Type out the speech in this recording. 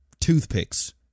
toothpicks